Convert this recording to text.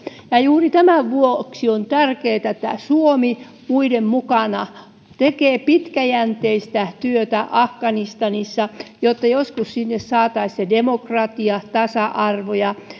juuri tämän vuoksi on tärkeää että suomi muiden mukana tekee pitkäjänteistä työtä afganistanissa jotta joskus sinne saataisiin demokratia ja tasa arvo ja